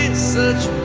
and search